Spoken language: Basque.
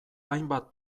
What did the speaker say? hainbat